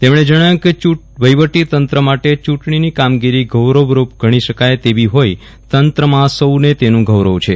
તેમણે જણાવ્યું કે વફીવટીતંત્ર માટે ચૂંટણીની કામગીરી ગૌરવરૂપ ગણીશકાય તેવી જ્ઞેઇ તંત્રમાં સૌને તેનું ગૌરવ છે